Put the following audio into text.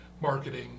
marketing